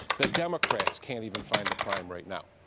the democrats can't even find the crime right now.